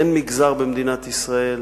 אין מגזר במדינת ישראל